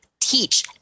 teach